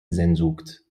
sehnsucht